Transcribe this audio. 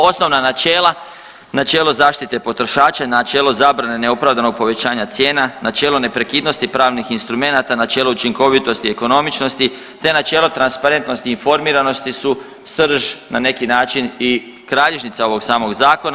Osnovna načela, načelo zaštite potrošača, načelo zabrane neopravdanog povećanja cijena, načelo neprekidnosti pravnih instrumenata, načelo učinkovitosti i ekonomičnosti, te načelo transparentnosti, informiranosti su srž na neki način i kralježnica ovog samog zakona.